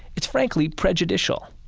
it's, frankly, prejudicial,